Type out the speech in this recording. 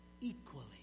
Equally